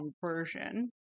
version